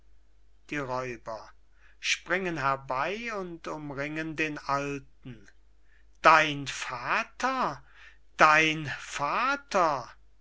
die räuber springen herbey und umringen den alten dein vater dein vater